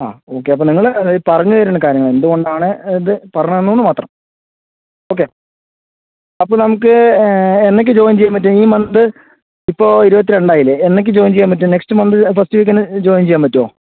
ആ ഓക്കെ അപ്പോൾ നിങ്ങള് അത് പറഞ്ഞ് തരുന്ന കാര്യങ്ങൾ എന്ത് കൊണ്ട് ആണ് ഇത് പറഞ്ഞ് തന്നുവെന്ന് മാത്രം ഓക്കെ അപ്പോൾ നമുക്ക് എന്നേക്കാ ജോയിൻ ചെയ്യാൻ പറ്റുക ഈ മന്ത് ഇപ്പോൾ ഇരുപത്തിരണ്ട് ആയില്ലെ എന്നേക്ക് ജോയിൻ ചെയ്യാൻ പറ്റും നെക്സ്റ്റ് മന്ത് ഫസ്റ്റ് വീക്കുതന്നെ ജോയിൻ ചെയ്യാൻ പറ്റുമോ